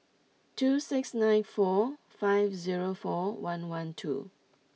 two six nine four five zero four one one two